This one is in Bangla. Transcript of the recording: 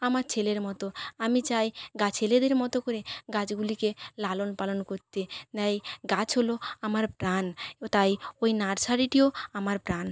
আমার ছেলের মতো আমি চাই ছেলেদের মতো করে গাছগুলিকে লালন পালন করতে তাই গাছ হল আমার প্রাণ তাই ওই নার্সারিটিও আমার প্রাণ